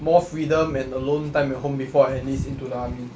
more freedom and alone time at home before I enlist into the army